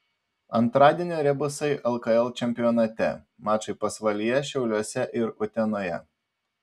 antradienio rebusai lkl čempionate mačai pasvalyje šiauliuose ir utenoje